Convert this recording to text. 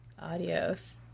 Adios